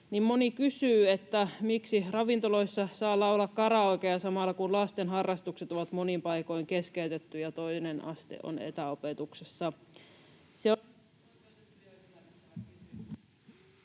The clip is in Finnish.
moni kysyy, miksi ravintoloissa saa laulaa karaokea samalla, kun lasten harrastukset on monin paikoin keskeytetty ja toinen aste on etäopetuksessa.